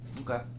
Okay